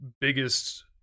biggest